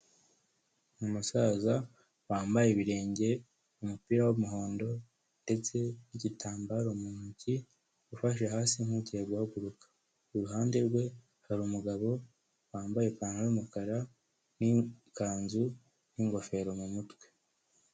Umusaza wambaye ibirenge, umupira w'umuhondo, ndetse n'igitambaro mu ntoki, ufashe hasi, nk'ugiye guhaguruka. Iruhande rwe hari umugabo wambaye ipantaro y'umukara n'ikanzu, n'ingofero mu mutwe.